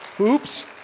Oops